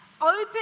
Open